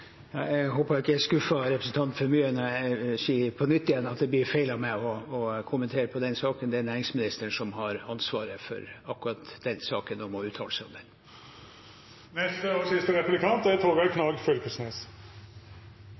Jeg håper ikke jeg skuffer representanten for mye når jeg på nytt igjen sier at det blir feil av meg å kommentere den saken. Det er næringsministeren som har ansvaret for akkurat den saken og må uttale seg om den. Statsråden snakkar om at Noreg alltid er